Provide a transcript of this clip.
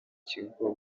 kigo